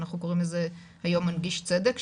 אנחנו קוראים לזהה היום מנגיש צדק,